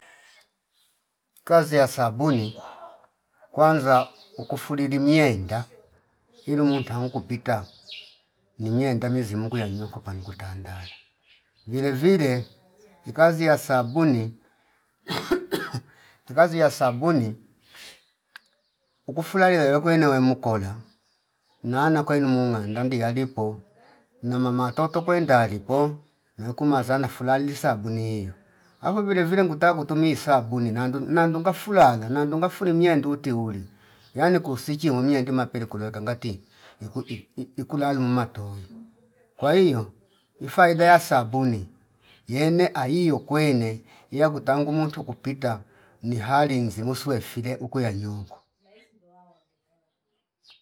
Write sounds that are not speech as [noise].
Kazi ya sabuni kwanza ukufuli miyenda ilu mutangu pita ni miyenda mizi mukuyenu kupangu tanda vile vile ikazi ya sabuni [noise] ikazi ya sabuni ukufulahio iyo kwene wemkola nana kwailo mumanganda mbialipo [noise] namama toto kwenda lipo nokuma zana fulali sabuni iyo afu vile vile nguta kutumi sabuni nandu nandunga fulaga nandunga fuli mienduti uli yani kusichi unie ndima peli kulota ngati iku ikula lumatowi kwa hio ifaida ya sabuni yene ayio kwene iya kutangu muntu kupita ni hali inzi muswe file ukuya nyungu [noise]